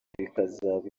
ikazaba